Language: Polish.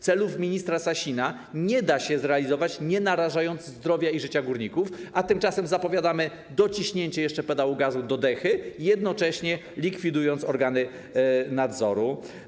Celów ministra Sasina nie da się zrealizować, nie narażając zdrowia i życia górników, a tymczasem zapowiadamy dociśnięcie jeszcze pedału gazu do dechy, jednocześnie likwidując organy nadzoru.